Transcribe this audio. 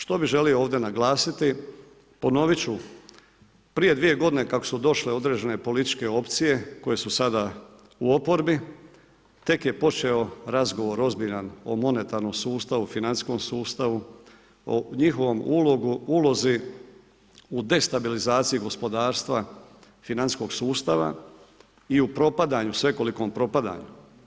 Što bih želio ovdje naglasiti, ponoviti ću, prije 2 godine kako su došle određene političke opcije koje su sada u oporbi tek je počeo razgovor ozbiljan o monetarnom sustavu, financijskom sustavu, o njihovoj ulozi u destabilizaciji gospodarstva financijskog sustava i u propadanju, svekolikom propadanju.